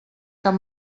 cap